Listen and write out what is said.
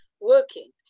working